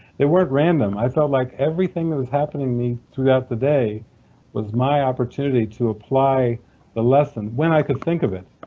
they weren't random i felt like everything that was happening to me throughout the day was my opportunity to apply the lesson, when i could think of it.